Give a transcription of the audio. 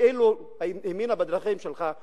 אילו היא האמינה בדרכים שלך,